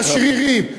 עשירים,